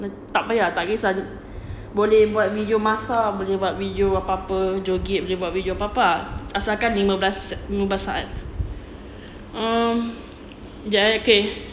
tak payah tak kisah boleh buat video masak boleh buat video apa-apa joget boleh buat video apa-apa ah asalkan lima belas lima belas saat um jap eh okay